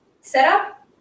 setup